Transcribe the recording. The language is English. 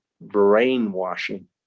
brainwashing